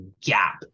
gap